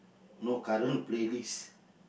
no current playlist